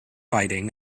fighting